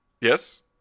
Yes